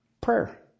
Prayer